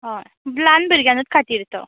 हय ब्लायंड भुरग्यांगूच खातीर तो